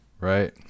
right